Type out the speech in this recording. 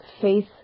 faith